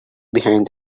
behind